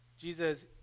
Jesus